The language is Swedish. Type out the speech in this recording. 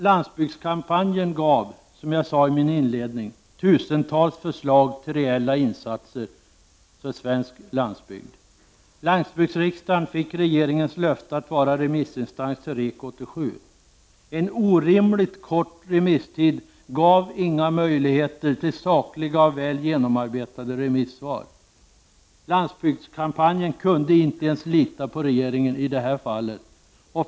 Landsbygdskampanjen gav, som jag sade i min inledning, tusentals förslag till reella insatser för svensk landsbygd. Landsbygdsriksdagen fick regeringens löfte att vara remissinstans till REK 87. En orimligt kort remisstid gav inga möjligheter till sakliga och väl genomarbetade remissvar. Landsbygdskampanjen kunde inte ens lita på regeringen i detta fall.